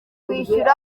kwishyura